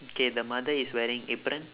mm K the mother is wearing apron